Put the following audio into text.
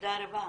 תודה רבה.